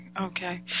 okay